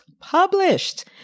published